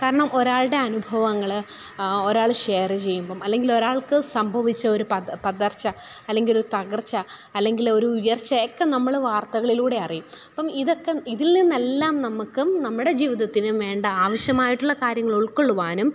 കാരണം ഒരാളുടെ അനുഭവങ്ങൾ ഒരാള് ഷെയർ ചെയ്യുമ്പം അല്ലെങ്കിൽ ഒരാൾക്ക് സംഭവിച്ച ഒരു പതർച്ച അല്ലെങ്കിലൊരു തകർച്ച അല്ലെങ്കിലൊരു ഉയർച്ച ഒക്കെ നമ്മൾ വാർത്തകളിലൂടെ അറിയും അപ്പം ഇതൊക്കെ ഇതിൽ നിന്നെല്ലാം നമുക്കും നമ്മുടെ ജീവിതത്തിനും വേണ്ട ആവശ്യമായിട്ടുള്ള കാര്യങ്ങൾ ഉൾക്കൊള്ളുവാനും